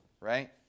Right